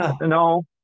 no